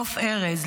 נוף ארז,